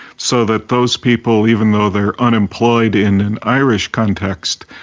so that those people, even though they're unemployed in an irish context,